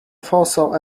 foresaw